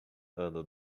ano